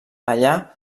allà